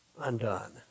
undone